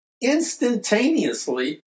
instantaneously